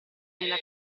nella